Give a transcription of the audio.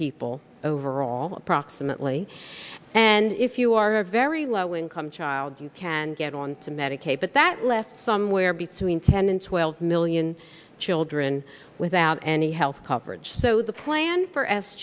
people overall approximately and if you are a very low income child you can get on medicaid but that left somewhere between ten and twelve million children without any health coverage so the plan for